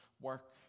work